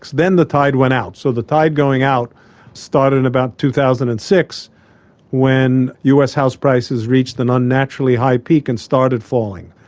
then the tide went out. so the tide going up started in about two thousand and six when us house prices reached an unnaturally high peak and started falling.